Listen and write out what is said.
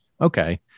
okay